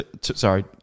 sorry